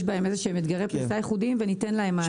בהם איזה שהם אתגרי פריסה ייחודיים וניתן להם מענה.